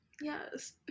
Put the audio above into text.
Yes